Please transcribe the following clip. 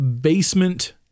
Basement